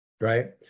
right